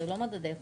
זה לא מדדי איכות.